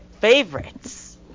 favorites